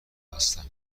هستم